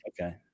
Okay